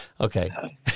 Okay